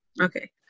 Okay